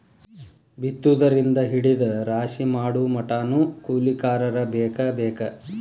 ಬಿತ್ತುದರಿಂದ ಹಿಡದ ರಾಶಿ ಮಾಡುಮಟಾನು ಕೂಲಿಕಾರರ ಬೇಕ ಬೇಕ